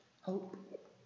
Hope